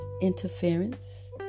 interference